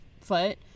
foot